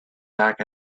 back